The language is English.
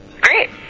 Great